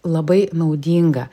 labai naudinga